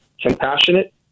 Compassionate